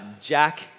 Jack